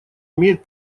имеет